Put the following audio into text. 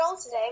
today